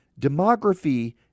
Demography